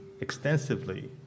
extensively